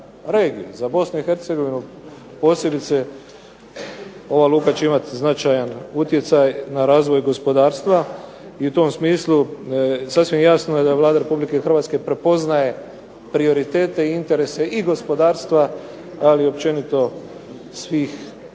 Za BiH posebice ova luka će imati značajan utjecaj na razvoj gospodarstva. I u tom smislu sasvim jasno je da Vlada Republike Hrvatske prepoznaje prioritete i interese i gospodarstva, ali i općenito svih